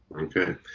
Okay